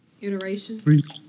iterations